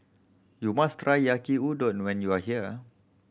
you must try Yaki Udon when you are here